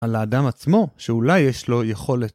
על האדם עצמו, שאולי יש לו יכולת.